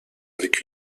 avec